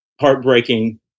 heartbreaking